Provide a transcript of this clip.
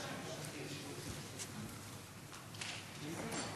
חוק הכנסת (תיקון מס'